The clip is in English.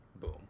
Boom